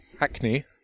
Acne